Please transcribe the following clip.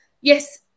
yes